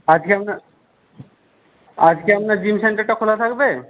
আজকে আপনার আজকে আপনার জিম সেন্টারটা খোলা থাকবে